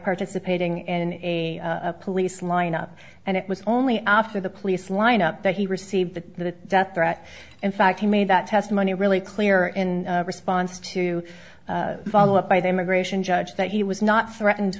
participating in a police lineup and it was only after the police lineup that he received a death threat in fact he made that testimony really clear in response to follow up by the immigration judge that he was not threatened